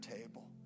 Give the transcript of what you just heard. table